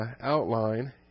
outline